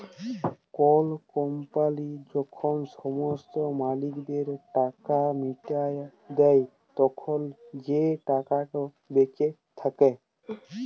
call company যখল সমস্ত মালিকদের টাকা মিটাঁয় দেই, তখল যে টাকাট বাঁচে থ্যাকে